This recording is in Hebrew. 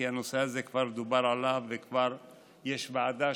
כי כבר דובר על הנושא הזה כבר יש ועדה